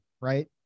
right